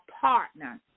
partner